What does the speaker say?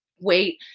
wait